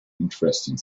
interesting